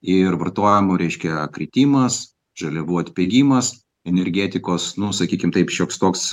ir vartojimo reiškia kritimas žaliavų atpigimas energetikos nu sakykim taip šioks toks